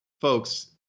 Folks